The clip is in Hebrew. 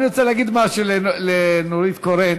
אני רוצה להגיד משהו לנורית קורן,